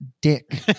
dick